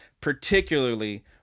particularly